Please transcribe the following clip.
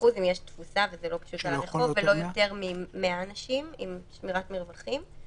זה מיקס של ההוראות שחלות על בית אוכל וההוראות של אירועי תרבות,